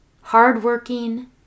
hardworking